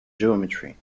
geometry